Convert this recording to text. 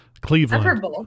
Cleveland